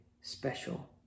special